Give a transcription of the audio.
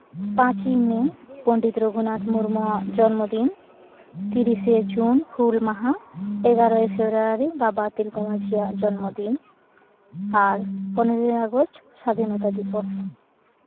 ᱯᱟᱸᱪᱮᱭ ᱢᱮ ᱯᱚᱱᱰᱤᱛ ᱨᱟᱹᱜᱷᱩᱱᱟᱛᱷ ᱢᱩᱨᱢᱩᱣᱟᱜ ᱡᱚᱱᱢᱚ ᱫᱤᱱ ᱛᱤᱨᱤᱥᱮ ᱡᱩᱱ ᱦᱩᱞ ᱢᱟᱦᱟ ᱮᱜᱟᱨᱚᱭ ᱯᱷᱮᱵᱨᱩᱣᱟᱨᱤ ᱵᱟᱵᱟ ᱛᱤᱞᱠᱟᱹ ᱢᱟᱡᱷᱤᱭᱟᱜ ᱡᱚᱱᱢᱚ ᱫᱤᱱ ᱟᱨ ᱯᱚᱱᱨᱚᱭ ᱟᱜᱚᱥᱴ ᱥᱟᱫᱷᱤᱱᱚᱛᱟ ᱫᱤᱵᱚᱥ